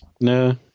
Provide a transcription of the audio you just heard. No